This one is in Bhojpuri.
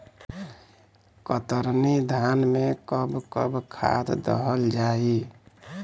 कतरनी धान में कब कब खाद दहल जाई?